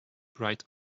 bright